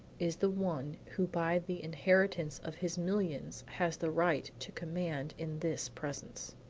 is the one who by the inheritance of his millions has the right to command in this presence.